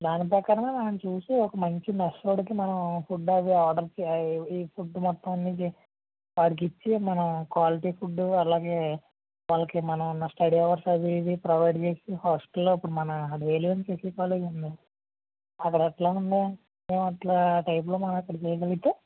దాని ప్రకారమే మనం చూసి ఒక మంచి మెస్ వాడికి మనం ఫుడ్డు అది ఆర్డర్ చేయాలి ఈ ఫుడ్డు మొత్తం అన్ని వాడికి ఇచ్చి మనం క్వాలిటీ ఫుడ్డు అలాగే వాళ్ళకి మనం ఉన్న స్టడీ అవర్స్ అది ఇది ప్రొవైడ్ చేసి హాస్టల్లో అప్పుడు మన రైల్వే శశి కాలేజ్ ఉంది అది ఎట్లాగా ఉంది సేమ్ అట్లా ఆ టైపులో ఇక్కడ మనం చేయకలిగితే